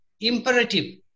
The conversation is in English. imperative